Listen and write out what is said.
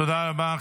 תודה רבה.